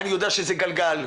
אני יודע שזה גלגל,